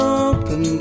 open